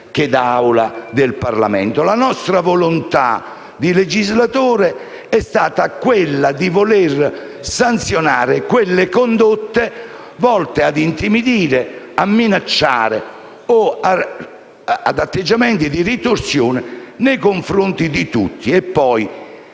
La nostra volontà di legislatore è stata quella di sanzionare le condotte volte a intimidire e a minacciare e gli atteggiamenti di ritorsione nei confronti di tutti.